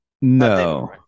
No